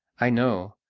i know,